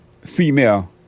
Female